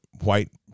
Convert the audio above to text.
white